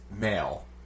male